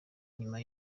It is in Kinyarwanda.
nyuma